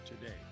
today